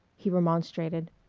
he remonstrated.